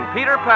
Peter